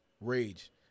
rage